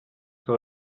que